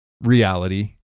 reality